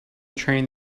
train